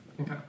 Okay